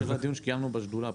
זה בדיון שקיימנו בשדולה.